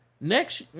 Next